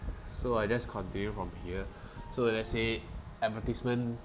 so I just continue from here so let's say advertisement